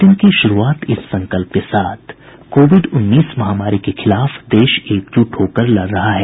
bulletin की शुरूआत इस संकल्प के साथ कोविड उन्नीस महामारी के खिलाफ देश एकजुट होकर लड़ रहा है